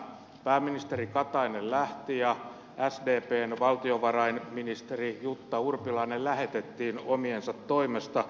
pääministeri katainen lähti ja sdpn valtiovarainministeri jutta urpilainen lähetettiin omiensa toimesta